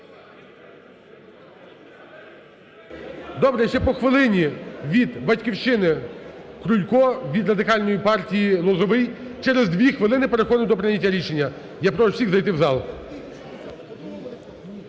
Добре, ще по хвилині. Від "Батьківщини" – Крулько, від Радикальної партії – Лозовий. Через дві хвилини переходимо до прийняття рішення. Я прошу всіх зайти в зал.